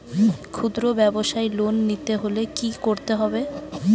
খুদ্রব্যাবসায় লোন নিতে হলে কি করতে হবে?